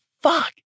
fuck